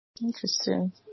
Interesting